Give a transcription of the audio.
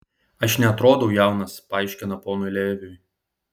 aš neatrodau jaunas paaiškina ponui leviui